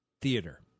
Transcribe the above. theater